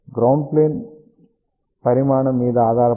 ground plane పరిమాణం మీద ఆధారపడి నేను 0